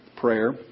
prayer